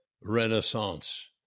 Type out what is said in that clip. renaissance